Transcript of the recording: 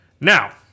Now